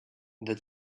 the